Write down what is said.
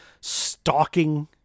stalking